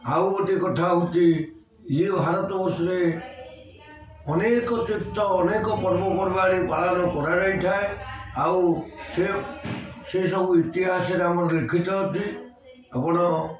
ଆଉ ଗୋଟିଏ କଥା ହଉଛି ଇଏ ଭାରତବର୍ଷରେ ଅନେକ ଚିତ୍ର ଅନେକ ପର୍ବପର୍ବାଣି ପାଳନ କରାଯାଇ ଥାଏ ଆଉ ସେ ସେସବୁ ଇତିହାସରେ ଆମର ଲେଖିତ ଅଛି ଆପଣ